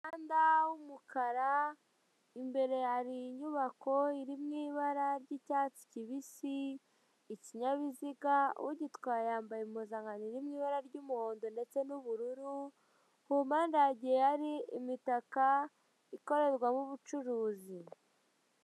Umuhanda w'umukara, imbere hari inyubako iri mu ibara ry'icyatsi kibisi, ikinyabiziga, ugitwaye yambaye impuzankano iri mu ibara ry'umuhondo ndetse n'bururu, ku mpande hagiye hari imitaka ikorerwamo ubucuruzi.